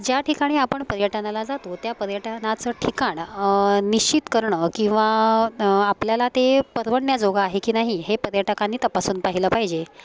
ज्या ठिकाणी आपण पर्यटनाला जातो त्या पर्यटनाचं ठिकाण निश्चित करणं किंवा आपल्याला ते परवडण्याजोगं आहे की नाही हे पर्यटकांनी तपासून पाहिलं पाहिजे